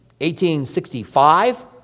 1865